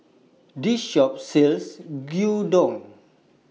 This Shop sells Gyudon